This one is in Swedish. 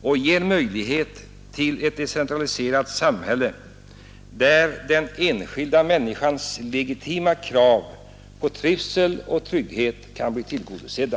Den ger möjlighet till ett decentraliserat samhälle, där den enskilda människans legitima krav på trivsel och trygghet kan bli tillgodosedda.